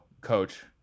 coach